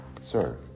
Sir